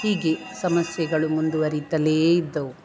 ಹೀಗೆ ಸಮಸ್ಯೆಗಳು ಮುಂದುವರಿತಲೇ ಇದ್ದವು